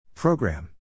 Program